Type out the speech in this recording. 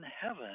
heaven